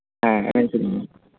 ᱦᱮᱸ ᱮᱱᱮᱡ ᱥᱮᱨᱮᱧ ᱜᱮ